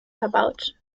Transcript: verbaut